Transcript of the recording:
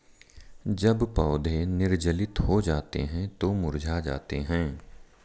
जब पौधे निर्जलित हो जाते हैं तो मुरझा जाते हैं